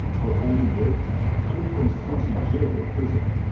her only break coming from stints in jail or prison.